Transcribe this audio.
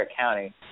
county